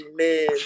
Amen